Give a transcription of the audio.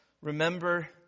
remember